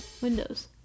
Windows